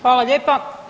Hvala lijepa.